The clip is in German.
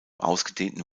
ausgedehnten